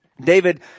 David